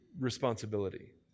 responsibility